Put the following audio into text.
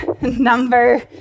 number